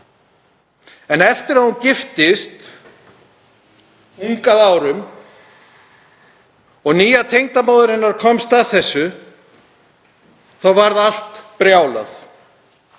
En eftir að hún giftist ung að árum og nýja tengdamóðir hennar komst að því varð allt brjálað.